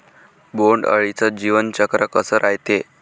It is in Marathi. बोंड अळीचं जीवनचक्र कस रायते?